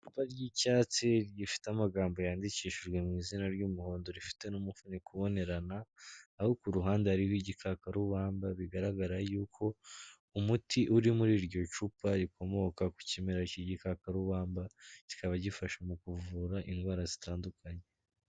Icupa ry'icyatsi rifite amagambo yandikishijwe mu izina ry'umuhondo, rifite n'umufuniko ubonerana, aho ku ruhande hariho igikakarubamba bigaragara yuko umuti uri muri iryo cupa rikomoka ku kimera k'igikakarubamba, kikaba gifasha mu kuvura indwara zitandukanye.